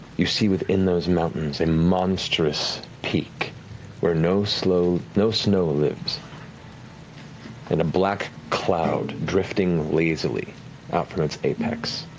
you see within those mountains, a monstrous peak where no snow no snow lives and a black cloud drifting lazily out from its apex.